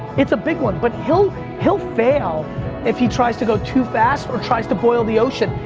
it's a big one. but he'll he'll fail if he tries to go too fast or tries to boil the ocean.